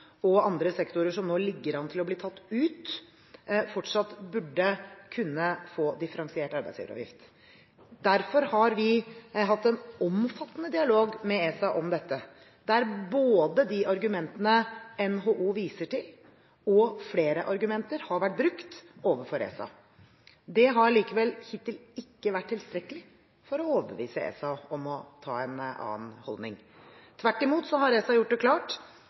og andre sektorer som nå ligger an til å bli tatt ut, fortsatt burde kunne få differensiert arbeidsgiveravgift. Derfor har vi hatt en omfattende dialog med ESA om dette, der både de argumentene NHO viser til, og flere argumenter har vært brukt overfor ESA. Det har likevel hittil ikke vært tilstrekkelig til å overbevise ESA om å ta en annen holdning. Tvert imot har ESA gjort det klart